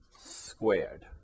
squared